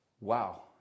Wow